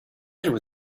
matter